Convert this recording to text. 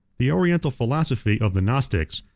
the oriental philosophy of the gnostics,